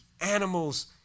animals